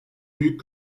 büyük